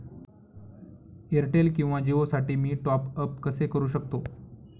Airtel किंवा जिओसाठी मी टॉप ॲप कसे करु शकतो?